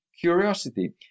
curiosity